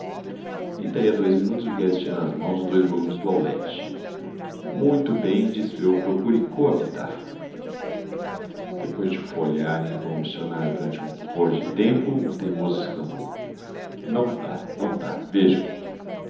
daí a dois minutos o guedes tinha nas mãos os dois volumes do aulete muito bem disse eu procure coabitar depois de folhear em vão o dicionário durante um ror de tempo o teimoso exclamou não dá não dá vejam